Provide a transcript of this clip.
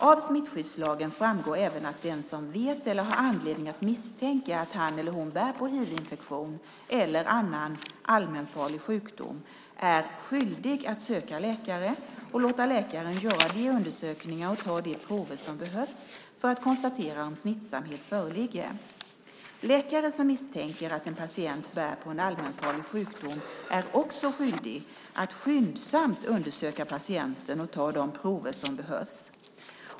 Av smittskyddslagen framgår även att den som vet eller har anledning att misstänka att han eller hon bär på hivinfektion eller en annan allmänfarlig sjukdom är skyldig att söka läkare och låta läkaren göra de undersökningar och ta de prover som behövs för att konstatera om smittsamhet föreligger. Läkare som misstänker att en patient bär på en allmänfarlig sjukdom är också skyldig att skyndsamt undersöka patienten och ta de prover som behövs.